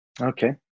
Okay